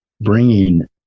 bringing